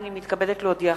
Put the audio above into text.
הנני מתכבדת להודיעכם,